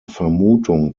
vermutung